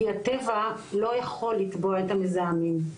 כי הטבע לא יכול לתבוע את המזהמים.